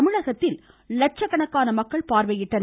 தமிழகத்தில் லட்சக்கணக்கான மக்கள் பார்வையிட்டனர்